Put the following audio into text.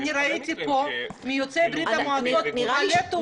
אני ראיתי פה מיוצאי ברית המועצות הרבה תעודות זהות